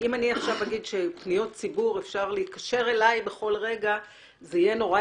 אם אני אגיד שפניות ציבור אפשר להתקשר אלי זה יהיה אולי